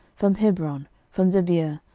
from hebron, from debir,